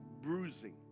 bruising